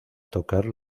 tocar